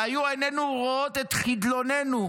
והיו עינינו רואות את חדלוננו